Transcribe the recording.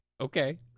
Okay